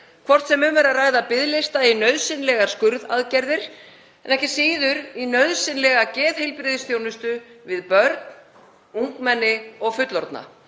hvort sem um er að ræða biðlista í nauðsynlegar skurðaðgerðir eða nauðsynlega geðheilbrigðisþjónustu við börn, ungmenni og fullorðna,